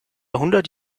hundert